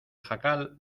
jacal